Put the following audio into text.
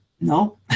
no